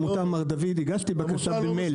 מר דוד, אני, כיושב ראש העמותה, הגשתי בקשה במייל.